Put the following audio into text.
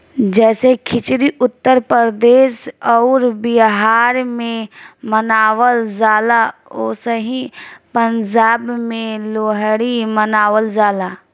जैसे खिचड़ी उत्तर प्रदेश अउर बिहार मे मनावल जाला ओसही पंजाब मे लोहरी मनावल जाला